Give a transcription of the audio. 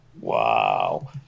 Wow